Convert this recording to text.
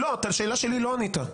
לא, על השאלה שלי לא ענית.